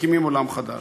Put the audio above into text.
מקימים עולם חדש.